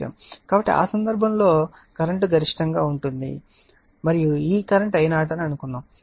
కాబట్టి ఆ సందర్భంలో కరెంట్ గరిష్టంగా ఉంటుంది మరియు ఈ కరెంట్ I0 అని అనుకుందాము